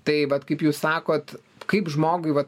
tai vat kaip jūs sakot kaip žmogui vat